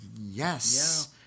Yes